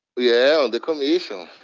yeah, on the commission,